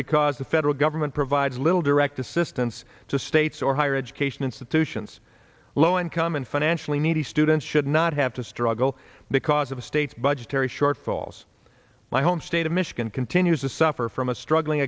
because the federal government provides little direct assistance to states or higher education institutions low income and financially needy students should not have to struggle because of the state's budgetary shortfalls my home state of michigan continues to suffer from a struggling